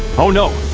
oh no,